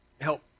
help